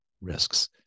risks